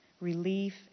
relief